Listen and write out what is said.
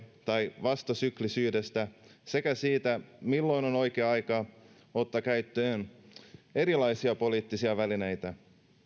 tai vastasyklisyydestä sekä siitä milloin on oikea aika ottaa käyttöön erilaisia poliittisia välineitä